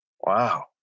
Wow